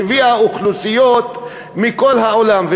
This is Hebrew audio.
שהביאה אוכלוסיות מכל העולם,